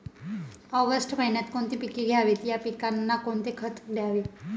August महिन्यात कोणती पिके घ्यावीत? या पिकांना कोणते खत द्यावे?